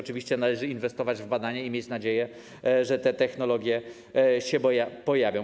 Oczywiście należy inwestować w badania i mieć nadzieję, że te technologie się pojawią.